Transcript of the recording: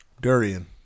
Durian